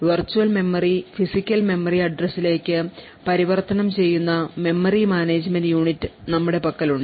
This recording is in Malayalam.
virtual memory physical memory address ലേക്ക് പരിവർത്തനം ചെയ്യുന്ന മെമ്മറി മാനേജുമെന്റ് യൂണിറ്റ് നമ്മുടെ പക്കലുണ്ട്